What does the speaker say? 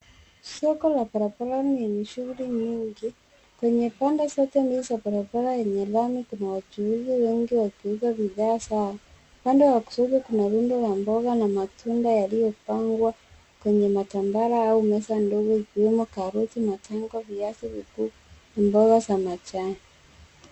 Soko la barabarani lenye shuguli nyingi. Kwenye bando zote nne za barabara eney lami kuna wachuuzi wengi wakiuza bidhaa zao. Upande wa kushoto kuna rundo la mboga na matunda yaliyopangwa kwenye matambara au meza ndogo ikiwemo karoti, machungwa, viazi vikuu na mboga za majani.